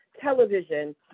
television